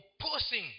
opposing